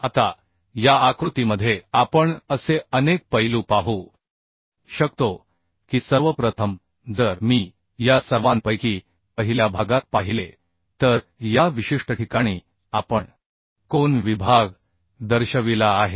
आता या आकृतीमध्ये आपण असे अनेक पैलू पाहू शकतो की सर्वप्रथम जर मी या सर्वांपैकी पहिल्या भागात पाहिले तर या विशिष्ट ठिकाणी आपण कोन विभाग दर्शविला आहे